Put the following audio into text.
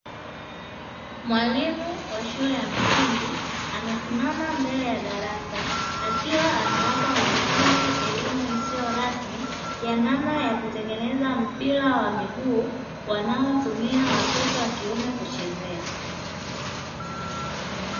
Mwalimu wa shule ya msingi amesimama mbele ya darasa akiwa anawapa wanafunzi elimu isiyo rasmi ya namna ya kutengeneza mpira wa miguu wanaotumia watoto wa kiume kuchezea.